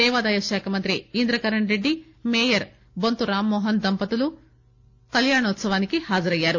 దేవాదాయ శాఖ మంత్రి ఇంద్రకరణ్ రెడ్డి మేయర్ బొంత రామ్మోహన్ దంపతులు కల్యాణోత్సవానికి హాజరయ్యారు